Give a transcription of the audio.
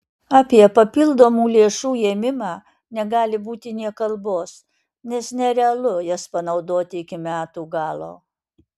apie papildomų lėšų ėmimą negali būti nė kalbos nes nerealu jas panaudoti iki metų galo